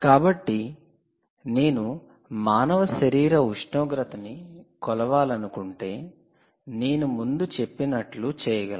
కాబట్టి నేను మానవ శరీర ఉష్ణోగ్రతని కొలవాలనుకుంటే నేను ముందు చెప్పినట్లు చేయగలను